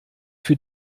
für